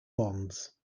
bonds